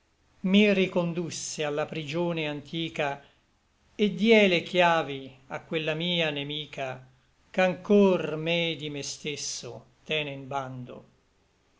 mi ricondusse a la prigione antica et die le chiavi a quella mia nemica ch'anchor me di me stesso tene in bando